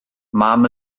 mam